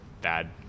bad